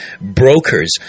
brokers